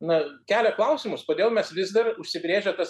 na kelia klausimus kodėl mes vis dar užsibrėžę tas